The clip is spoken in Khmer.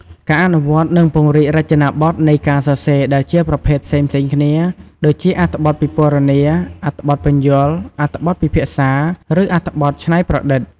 ការអនុវត្ត និងពង្រីករចនាបថនៃការសរសេរដែលជាប្រភេទផ្សេងៗគ្នា ដូចជាអត្ថបទពិពណ៌នា អត្ថបទពន្យល់ អត្ថបទពិភាក្សា ឬអត្ថបទច្នៃប្រឌិត។